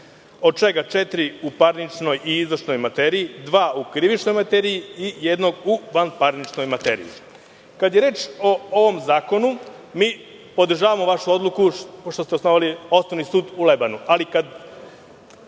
od čega četiri u parničnoj i izvršnoj materiji, dva u krivičnoj materiji i jednog u vanparničnoj materiji. Kada je reč o ovom zakonu, podržavamo vašu odluku što ste osnovali Osnovni sud u Lebanu,